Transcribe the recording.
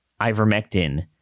ivermectin